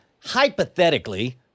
hypothetically